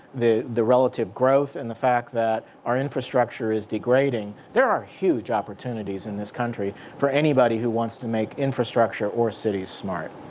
the the relative growth. and the fact that our infrastructure is degrading. there are huge opportunities in this country for anybody who wants to make infrastructure or cities smart.